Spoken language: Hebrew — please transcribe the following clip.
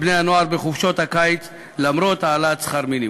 בני-הנוער בחופשות הקיץ למרות העלאת שכר המינימום.